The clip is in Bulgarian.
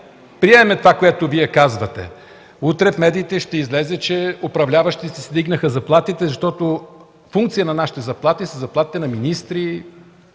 приемем това, което Вие казвате, утре в медиите ще излезе, че управляващите си вдигнаха заплатите, защото функция на нашите заплати са заплатите на министри,